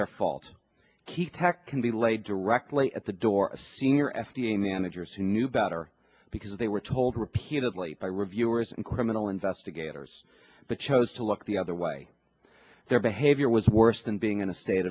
their fault kee tech can be laid directly at the door a senior f d a managers who knew better because they were told repeatedly by reviewers and criminal investigators but chose to look the other way their behavior was worse than being in a state